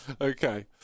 Okay